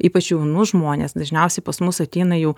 ypač jaunus žmones dažniausiai pas mus ateina jau